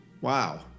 wow